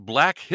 Black